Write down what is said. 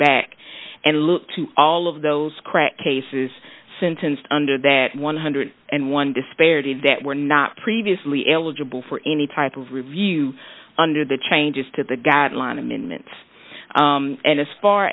back and look to all of those crack cases sentenced under that one hundred and one disparity that were not previously eligible for any type of review under the changes to the guideline amendments and as far